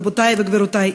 רבותי וגבירותי,